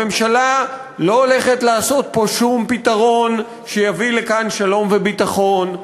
הממשלה לא הולכת לעשות פה שום פתרון שיביא לכאן שלום וביטחון,